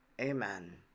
Amen